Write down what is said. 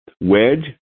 Wedge